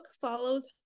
follows